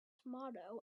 motto